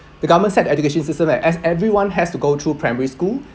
the government set education system at as everyone has to go through primary school